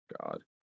God